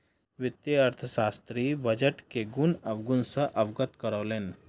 वित्तीय अर्थशास्त्री बजट के गुण अवगुण सॅ अवगत करौलैन